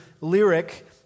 lyric